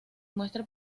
muestra